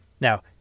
Now